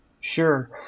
Sure